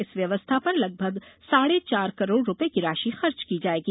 इस व्यवस्था पर लगभग साढ़े चार करोड़ रूपये की राशि खर्च की जाएगी